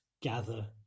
gather